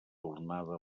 tornada